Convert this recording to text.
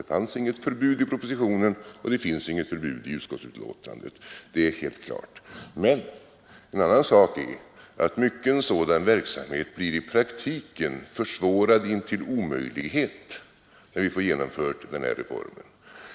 Det fanns inget förbud i propositionen och det finns inget förbud i utskottsbetänkandet. Det är helt klart. Men en annan sak är att mycken sådan verksamhet i praktiken blir försvårad intill omöjlighet när vi fått den nu aktuella reformen genomförd.